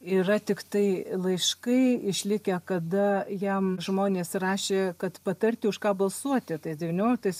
yra tiktai laiškai išlikę kada jam žmonės rašė kad patarti už ką balsuoti tais devynioliktais